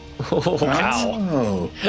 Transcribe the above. wow